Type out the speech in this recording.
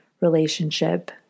relationship